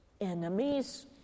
enemies